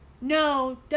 No